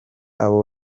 abo